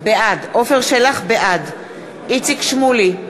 בעד איציק שמולי,